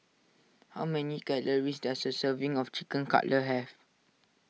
how many calories does a serving of Chicken Cutlet have